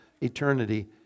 eternity